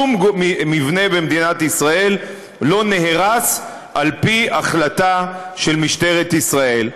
שום מבנה במדינת ישראל לא נהרס על פי החלטה של משטרת ישראל.